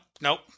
nope